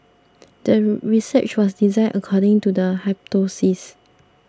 the research was designed according to the hypothesis